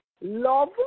love